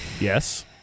Yes